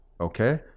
okay